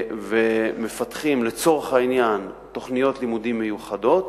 ומפתחים לצורך העניין תוכניות לימודים מיוחדות.